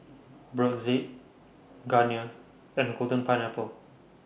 Brotzeit Garnier and Golden Pineapple